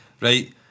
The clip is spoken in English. Right